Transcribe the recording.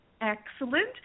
Excellent